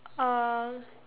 uh